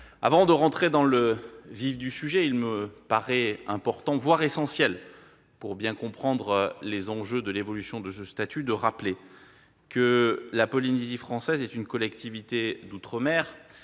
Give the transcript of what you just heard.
Avant d'entrer dans le vif du sujet, il me paraît essentiel, pour bien comprendre les enjeux de l'évolution de ce statut, de rappeler quelques points. La Polynésie française est une collectivité d'outre-mer